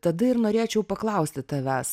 tada ir norėčiau paklausti tavęs